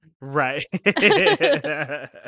Right